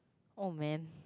old man